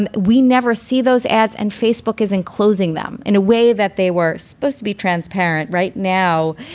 and we never see those ads. and facebook is enclosing them in a way that they were supposed to be transparent right now.